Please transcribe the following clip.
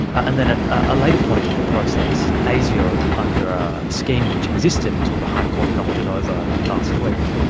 and then at a later point in the process asio under a scheme which existed until the high court knocked it over last week,